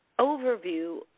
overview